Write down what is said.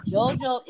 JoJo